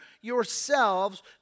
yourselves